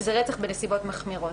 שזה רצח בנסיבות מחמירות.